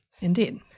Indeed